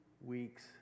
weeks